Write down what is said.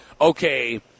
okay